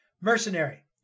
Mercenary